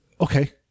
okay